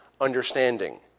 understanding